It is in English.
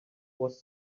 was